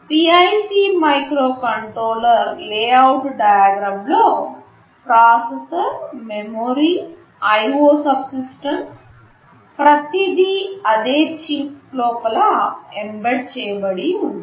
PIC microcontroller layout diagram లో processor memory IO subsystems ప్రతిదీ అదే చిప్ లోపల ఎంబెడ్ చేయబడింది